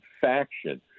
faction